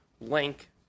link